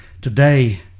Today